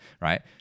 right